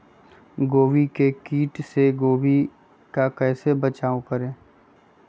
गोभी के किट से गोभी का कैसे बचाव करें?